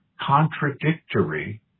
contradictory